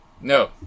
No